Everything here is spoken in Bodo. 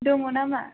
दङ नामा